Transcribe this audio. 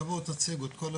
בואו תציגו את כל הנתונים,